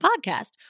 podcast